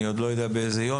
אני עוד לא יודע באיזה יום,